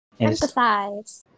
Empathize